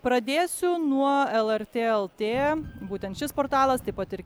pradėsiu nuo lrt lt būtent šis portalas taip pat ir